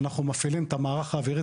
אנחנו מפעילים את המערך האווירי,